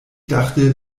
dachte